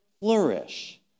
flourish